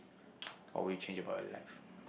or would you change about your life